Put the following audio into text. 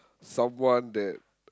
someone that